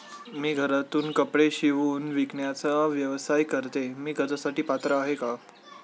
मी घरातूनच कपडे शिवून विकण्याचा व्यवसाय करते, मी कर्जासाठी पात्र आहे का?